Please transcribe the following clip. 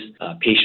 patients